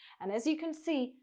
and as you can see,